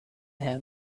have